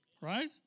right